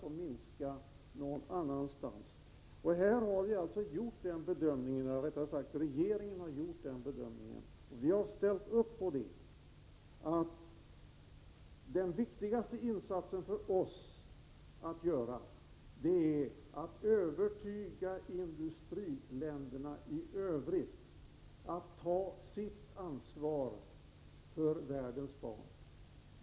Om vi ökar biståndet till UNICEF, måste vi minska på något annat. Regeringen har gjort den bedömningen, som utskottsmajoriteten ställt sig bakom, att den viktigaste insats vi har att göra i detta sammanhang är att övertyga övriga industriländer om att de skall ta sitt ansvar för världens barn.